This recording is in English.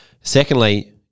Secondly